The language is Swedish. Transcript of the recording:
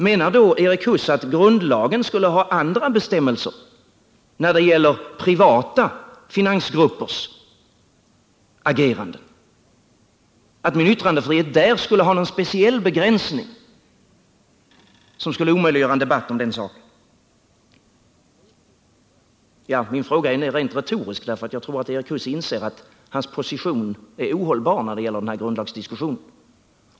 Menar då Erik Huss att grundlagen skulle ha andra bestämmelser när det gäller privata finansgruppers ageranden, att min yttrandefrihet där skulle ha en speciell begränsning, som skulle omöjliggöra en debatt om den saken? Min fråga är rent retorisk. Jag tror nämligen att Erik Huss inser att hans position är ohållbar när det gäller denna grundlagsdiskussion.